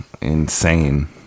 insane